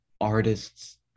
artist's